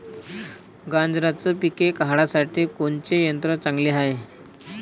गांजराचं पिके काढासाठी कोनचे यंत्र चांगले हाय?